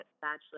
bachelor